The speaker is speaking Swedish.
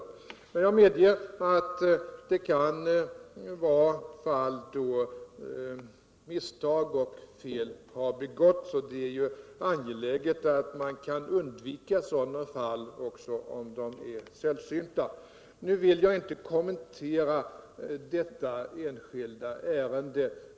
Men jag medger att det kan förekomma fall då misstag och fel har begåtts, och det är ju angeläget att man kan undvika sådana fall. även om de är sällsynta. Nu vill jag inte kommentera detta enskilda ärende.